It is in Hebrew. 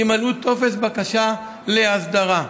ימלאו טופס בקשה להסדרה.